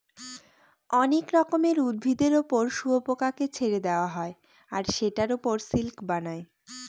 অনেক রকমের উদ্ভিদের ওপর শুয়োপোকাকে ছেড়ে দেওয়া হয় আর সেটার ওপর সিল্ক বানায়